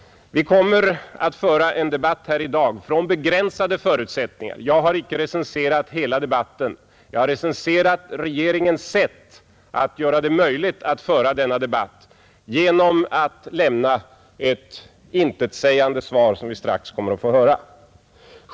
Vi kommer att föra en debatt här i dag från begränsade förutsättningar. Jag har icke recenserat hela debatten — jag har recenserat regeringens sätt att lägga upp förutsättningarna att föra denna debatt genom att lämna ett så intetsägande svar som det vi strax kommer att få höra.